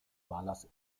balas